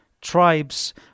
tribes